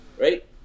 Right